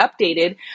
updated